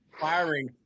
firing –